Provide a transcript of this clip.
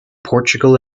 portugal